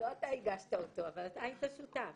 לא אתה הגשת אותו אבל אתה היית שותף.